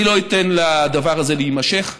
אני לא אתן לדבר הזה להימשך.